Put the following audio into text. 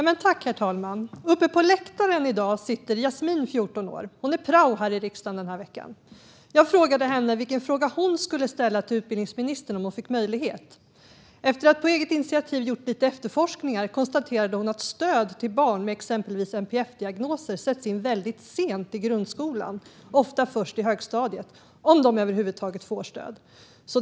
Herr talman! I dag sitter Jasmin, 14 år, uppe på läktaren. Hon är prao här i riksdagen denna vecka. Jag frågade henne vilken fråga som hon skulle ställa till utbildningsministern om hon fick möjlighet. Efter att hon på eget initiativ gjort lite efterforskningar konstaterade hon att stöd till barn med exempelvis NPF-diagnoser sätts in väldigt sent i grundskolan, ofta först i högstadiet om dessa barn över huvud taget får stöd.